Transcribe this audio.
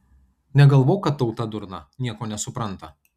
negalvok kad tauta durna nieko nesupranta